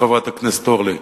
חברת הכנסת אורלי,